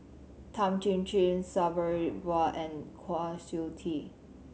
Tan Chin Chin Sabri Buang and Kwa Siew Tee